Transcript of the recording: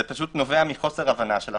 זה נובע מחוסר הבנה של החוק.